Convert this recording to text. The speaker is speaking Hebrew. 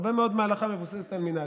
הרבה מאוד מההלכה מבוססת על מנהג.